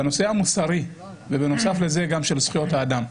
בנושא המוסרי ובנוסף לזה גם של זכויות האדם.